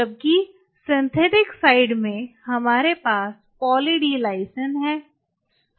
जबकि सिंथेटिक पक्ष में हमारे पास पॉली डी लाइसिन है